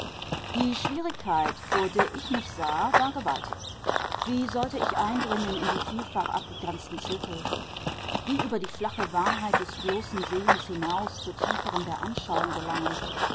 die schwierigkeit vor der ich mich sah war gewaltig wie sollte ich eindringen in die vielfach abgegrenzten zirkel wie über die flache wahrheit des bloßen sehens hinaus zur tieferen der anschauung gelangen